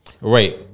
Right